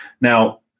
Now